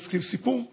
סיפור מדהים.